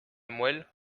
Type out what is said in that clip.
moelle